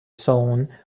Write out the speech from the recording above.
zone